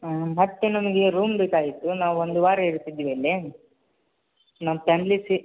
ಹಾಂ ಮತ್ತೆ ನಮಗೆ ರೂಮ್ ಬೇಕಾಗಿತ್ತು ನಾವು ಒಂದು ವಾರ ಇರ್ತಿದ್ದೀವಿ ಇಲ್ಲಿ ನಮ್ಮ ಪ್ಯಾಮ್ಲಿ ಸಿ